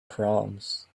proms